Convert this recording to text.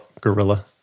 gorilla